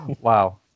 Wow